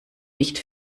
nicht